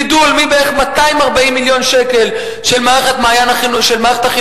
גידול מבערך 240 מיליון שקל למערכת החינוך